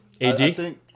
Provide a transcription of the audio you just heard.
AD